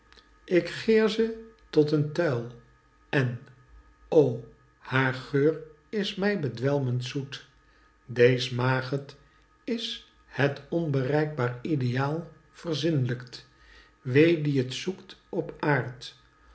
ik gaer ze tot een tuil en o haar geur is mij bedwelmend zoet deez maged is het onbereikbaar ideaal verzinlijkt wee die het zoekt op aard